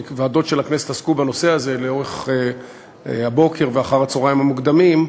כי הוועדות של הכנסת עסקו בנושא הזה לאורך הבוקר ואחר-הצהריים המוקדמים,